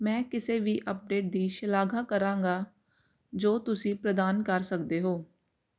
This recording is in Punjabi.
ਮੈਂ ਕਿਸੇ ਵੀ ਅਪਡੇਟ ਦੀ ਸ਼ਲਾਘਾ ਕਰਾਂਗਾ ਜੋ ਤੁਸੀਂ ਪ੍ਰਦਾਨ ਕਰ ਸਕਦੇ ਹੋ